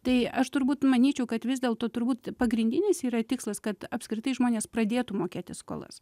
tai aš turbūt manyčiau kad vis dėlto turbūt pagrindinis yra tikslas kad apskritai žmonės pradėtų mokėti skolas